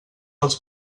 els